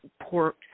poor